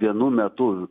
vienu metu